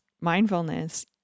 mindfulness